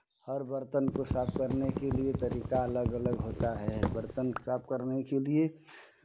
हर बर्तन को साफ करने के लिये तरीका अलग अलग होता है बर्तन साफ करने के लिये